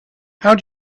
how